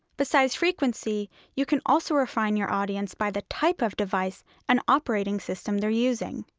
besides frequency you can also refine your audience by the type of device and operating system they're using.